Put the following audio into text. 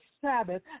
Sabbath